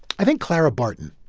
i think clara barton,